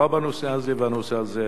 והנושא הזה רגיש.